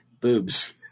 boobs